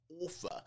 author